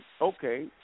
Okay